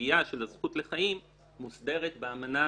הסוגיה של הזכות לחיים מוסדרת באמנה